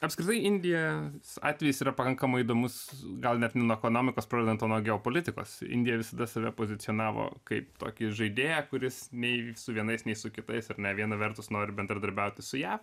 apskritai indija atvejis yra pakankamai įdomus gal net ne nuo ekonomikos pradedant o nuo geopolitikos indija visada save pozicionavo kaip tokį žaidėją kuris nei su vienais nei su kitais ar ne viena vertus nori bendradarbiauti su jav